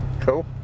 Cool